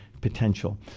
potential